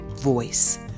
voice